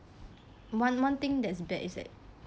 one one thing that's bad is that